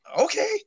okay